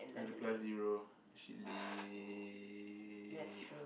hundred plus zero